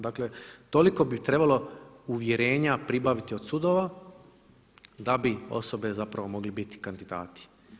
Dakle toliko bi trebalo uvjerenja pribaviti od sudova da bi osobe zapravo mogle biti kandidati.